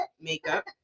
makeup